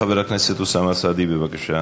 חבר הכנסת אוסאמה סעדי, בבקשה,